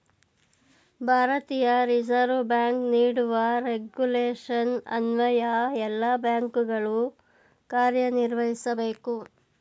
ಭಾರತೀಯ reserve bank ನೀಡುವ regulation ಅನ್ವಯ ಎಲ್ಲ ಬ್ಯಾಂಕುಗಳು ಕಾರ್ಯನಿರ್ವಹಿಸಬೇಕು